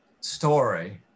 story